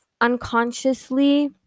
unconsciously